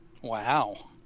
wow